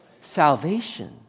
Salvation